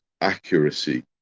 accuracy